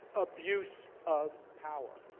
abuse of power.